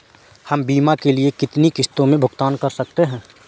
हम बीमा के लिए कितनी किश्तों में भुगतान कर सकते हैं?